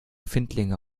findlinge